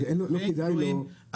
אין כלואים,